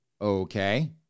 Okay